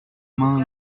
main